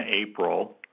April